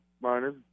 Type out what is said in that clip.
Miners